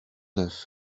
neuf